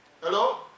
hello